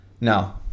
No